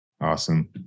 Awesome